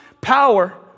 power